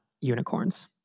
unicorns